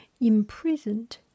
imprisoned